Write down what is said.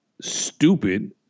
stupid